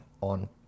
on